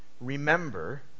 Remember